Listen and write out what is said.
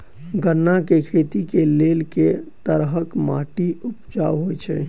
गन्ना केँ खेती केँ लेल केँ तरहक माटि उपजाउ होइ छै?